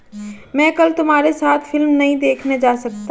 मैं कल तुम्हारे साथ फिल्म नहीं देखने जा सकता